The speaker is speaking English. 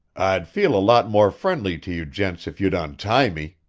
i'd feel a lot more friendly to you gents if you'd untie me,